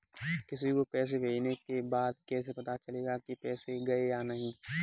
किसी को पैसे भेजने के बाद कैसे पता चलेगा कि पैसे गए या नहीं?